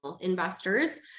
investors